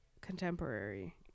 Contemporary